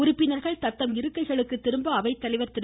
உறுப்பினர்கள் தத்தம் இருக்கைகளுக்கு திரும்ப அவைத்தலைவர் திரு